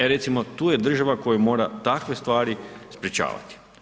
E recimo tu je država koja mora takve stvari sprječavati.